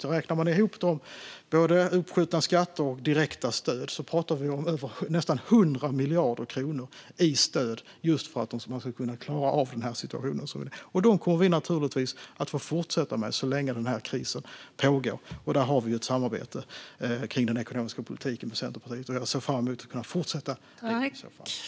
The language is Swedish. Om man räknar ihop dessa, både uppskjutna skatter och direkta stöd, blir det nästan 100 miljarder kronor i stöd, just för att företagen ska kunna klara av situationen. Detta kommer vi naturligtvis att få fortsätta med så länge krisen pågår. Där har vi ett samarbete med Centerpartiet kring den ekonomiska politiken, och jag ser fram emot att kunna fortsätta med det.